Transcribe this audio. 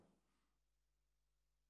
(הישיבה נפסקה בשעה 17:40